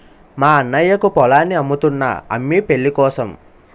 మా అన్నయ్యకు పొలాన్ని అమ్ముతున్నా అమ్మి పెళ్ళికోసం